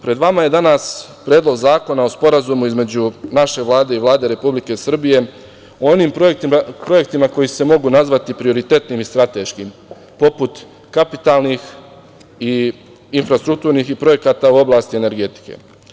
Pred vama je danas Predlog zakona o Sporazumu između naše Vlade i Vlade Republike Srbije o onim projektima koji se mogu nazvati prioritetnim i strateškim, poput kapitalnih i infrastrukturnih i projekata u oblasti energetike.